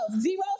Zero